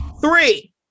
Three